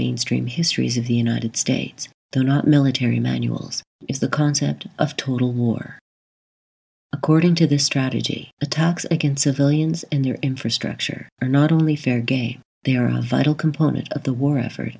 mainstream histories of the united states they're not military manuals is the concept of total war according to the strategy attacks against civilians and their infrastructure are not only fair game they are a vital component of the war effort